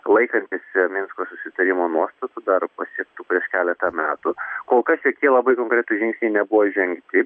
laikantis minsko susitarimo nuostatų dar pasiektų prieš keletą metų kol kas šitie labai konkretų žingsniai nebuvo žengti